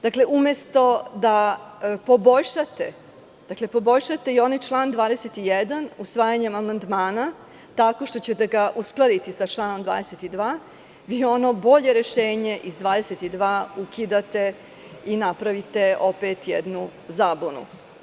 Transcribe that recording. Dakle, umesto da poboljšate i onaj član 21. usvajanjem amandmana, tako što ćete ga uskladiti sa članom 22, vi ono bolje rešenje iz člana 22. ukidate i napravite opet jednu zabunu.